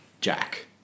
Jack